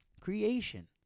Creation